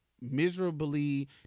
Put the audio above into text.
miserably